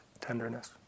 tenderness